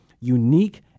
unique